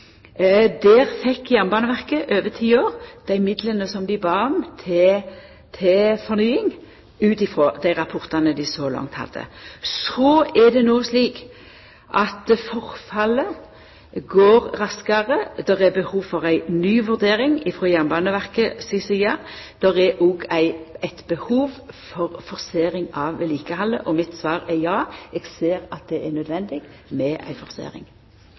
Der fekk Jernbaneverket over ti år dei midla som ein bad om til fornying, ut frå dei rapportane dei så langt hadde. Så er det no slik at forfallet går raskare. Det er behov for ei ny vurdering frå Jernbaneverket si side. Det er eit behov for forsering av vedlikehaldet, og mitt svar er ja, eg ser at det er nødvendig med ei forsering.